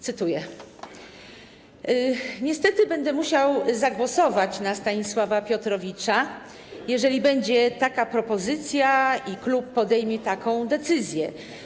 Cytuję: Niestety będę musiał zagłosować na Stanisława Piotrowicza, jeżeli będzie taka propozycja i klub podejmie taką decyzję.